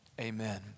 amen